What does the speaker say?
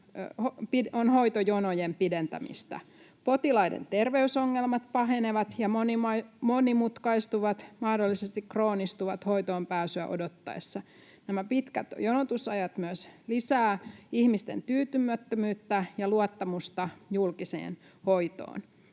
on hoitojonojen pidentämistä. Potilaiden terveysongelmat pahenevat ja monimutkaistuvat ja mahdollisesti kroonistuvat hoitoonpääsyä odottaessa. Nämä pitkät jonotusajat myös lisäävät ihmisten tyytymättömyyttä ja epäluottamusta julkiseen hoitoon.